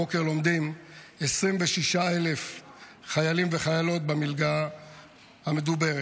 הבוקר לומדים 26,000 חיילים וחיילות במלגה המדוברת.